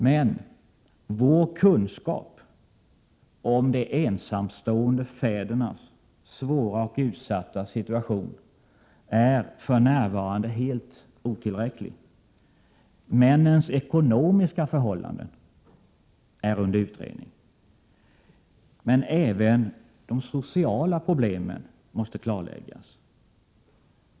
Men vår kunskap om de ensamstående fädernas svåra och utsatta situation är för närvarande helt otillräcklig. Männens ekonomiska förhållanden är under utredning, men även de sociala problemen måste klarläggas.